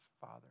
Father